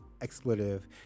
expletive